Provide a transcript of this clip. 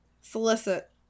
solicit